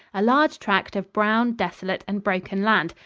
a large tract of brown, desolate and broken land,